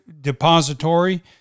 depository